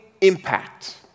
impact